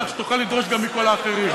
כך שתוכל לדרוש גם מכל האחרים.